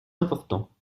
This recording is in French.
important